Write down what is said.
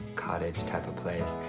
cottage type of place.